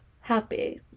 happy